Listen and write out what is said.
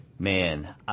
Man